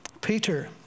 Peter